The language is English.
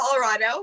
Colorado